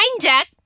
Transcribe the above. Jack